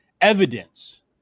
evidence